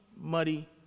muddy